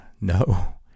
no